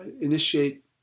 initiate